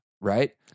Right